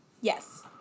Yes